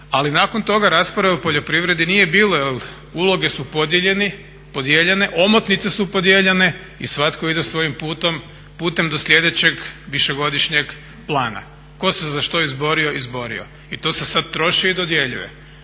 ali nakon toga rasprave o poljoprivredi nije bilo. Jer uloge su podijeljene, omotnice su podijeljene i svatko ide svojim putem do sljedećeg višegodišnjeg plana. Tko se za što izborio, izborio se. I to se sad troši i dodjeljuje.